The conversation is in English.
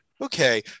okay